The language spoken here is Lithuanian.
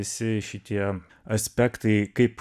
visi šitie aspektai kaip